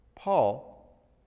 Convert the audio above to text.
Paul